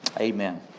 Amen